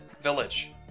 Village